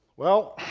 well,